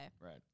right